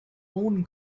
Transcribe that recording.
own